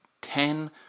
ten